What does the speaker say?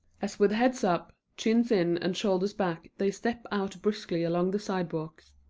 as with heads up, chins in, and shoulders back, they step out briskly along the sidewalks.